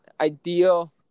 ideal